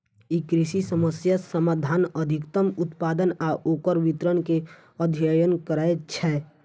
ई कृषि समस्याक समाधान, अधिकतम उत्पादन आ ओकर वितरण के अध्ययन करै छै